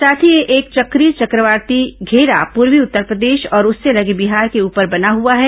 साथ ही एक चक्रीय चक्रवाती घेरा पूर्वी उत्तरप्रदेश और उससे लगे बिहार के ऊपर बना हुआ है